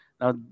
Now